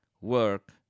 work